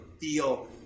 feel